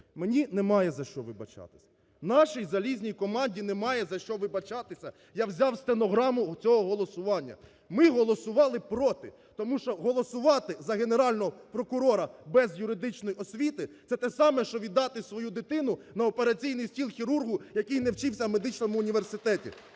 Мені немає за що вибачатись. Нашій залізній команді немає за що вибачатися. Я взяв стенограму оцього голосування. Ми голосували "проти", тому що голосувати за Генерального прокурора без вищої юридичної освіти – це те саме, що віддати свою дитину на операційний стіл хірургу, який не вчився в медичному університеті.